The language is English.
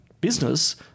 business